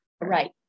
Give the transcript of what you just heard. Right